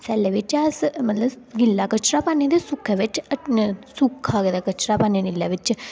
सैल्ले बिच अस मतलब गिल्ला कचरा पाने ते नीले बिच सुक्का गेदा कपड़ा पाने एह्दे बिच